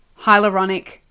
hyaluronic